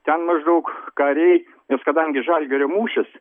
ten maždaug kariai ir kadangi žalgirio mūšis